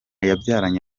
yabyaranye